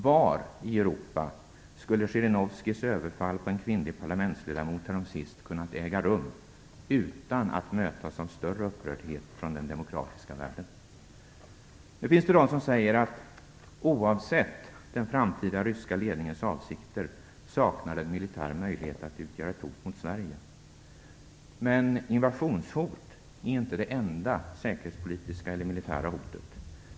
Var i Europa skulle Zjirinovskijs överfall på en kvinnlig parlamentsledamot häromsistens kunnat äga rum utan att mötas av större upprördhet från den demokratiska världen? Nu finns det de som säger, att oavsett den framtida ryska ledningens avsikter saknar den militär möjlighet att utgöra ett hot mot Sverige. Men invasionshot är inte det enda säkerhetspolitiska eller militära hotet.